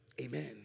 Amen